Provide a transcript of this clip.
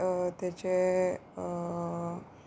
तेचे